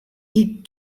eat